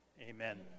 Amen